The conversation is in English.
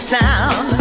town